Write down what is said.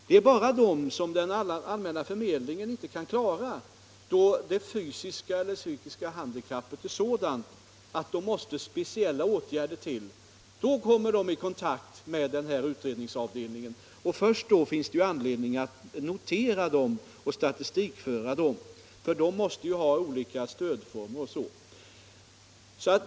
Det är bara de som den allmänna förmedlingen inte kan klara — då det fysiska eller psykiska handikappet är sådant att speciella åtgärder måste till — som kommer i kontakt med utredningsavdelningen. Först då finns det ju anledning att notera och statistikföra dem — de måste ju ha olika former av stöd.